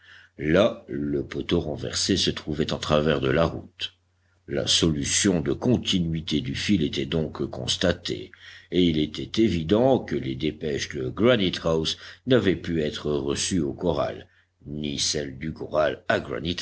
là le poteau renversé se trouvait en travers de la route la solution de continuité du fil était donc constatée et il était évident que les dépêches de granite house n'avaient pu être reçues au corral ni celles du corral